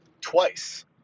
twice